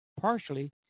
partially